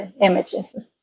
images